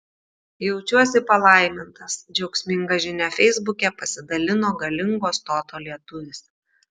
jaučiuosi palaimintas džiaugsminga žinia feisbuke pasidalino galingo stoto lietuvis